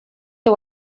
the